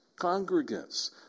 congregants